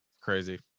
Crazy